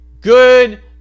Good